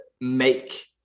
make